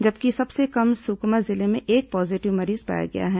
जबकि सबसे कम सुकमा जिले में एक पॉजीटिव मरीज पाया गया है